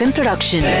Production